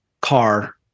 car